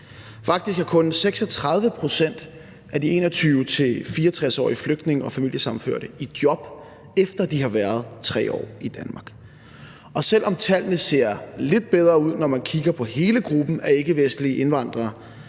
Faktisk er kun 36 pct. af de 21-64-årige flygtninge og familiesammenførte i job, efter at de har været 3 år i Danmark, og selv om tallene ser lidt bedre ud, når man kigger på hele gruppen af ikkevestlige indvandrere,